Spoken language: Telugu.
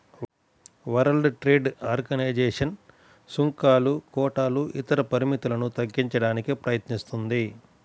వరల్డ్ ట్రేడ్ ఆర్గనైజేషన్ సుంకాలు, కోటాలు ఇతర పరిమితులను తగ్గించడానికి ప్రయత్నిస్తుంది